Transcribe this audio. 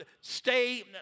stay